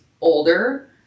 older